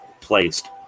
placed